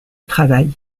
travail